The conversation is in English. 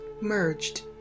merged